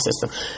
system